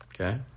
Okay